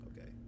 Okay